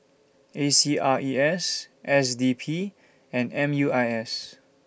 A C R E S S D P and M U I S